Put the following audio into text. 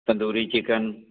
tandoori chicken